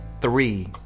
three